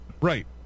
Right